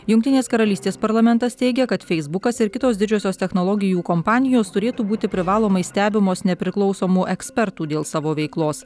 jungtinės karalystės parlamentas teigia kad feisbukas ir kitos didžiosios technologijų kompanijos turėtų būti privalomai stebimos nepriklausomų ekspertų dėl savo veiklos